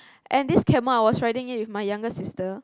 and this camel I was riding it with my younger sister